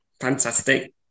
fantastic